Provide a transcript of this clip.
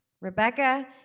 rebecca